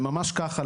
ממש ככה.